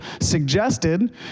suggested